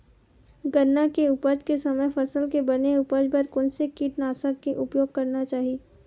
गन्ना के उपज के समय फसल के बने उपज बर कोन से कीटनाशक के उपयोग करना चाहि?